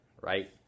right